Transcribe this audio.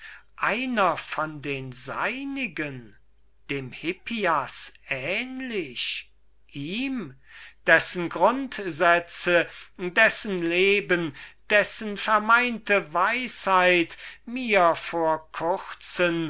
einer von den seinigen dem hippias ähnlich ihm dessen grundsätze dessen leben dessen vermeinte weisheit mir vor